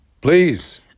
Please